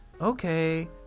Okay